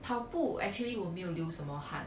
跑步 actually 我没有流什么汗